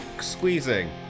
squeezing